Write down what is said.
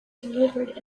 delivered